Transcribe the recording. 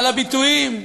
על הביטויים,